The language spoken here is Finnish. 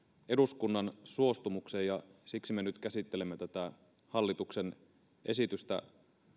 eduskunnan suostumukseen ja siksi me nyt käsittelemme tätä hallituksen esitystä